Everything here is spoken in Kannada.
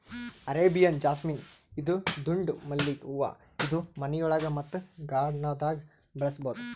ಅರೇಬಿಯನ್ ಜಾಸ್ಮಿನ್ ಇದು ದುಂಡ್ ಮಲ್ಲಿಗ್ ಹೂವಾ ಇದು ಮನಿಯೊಳಗ ಮತ್ತ್ ಗಾರ್ಡನ್ದಾಗ್ ಬೆಳಸಬಹುದ್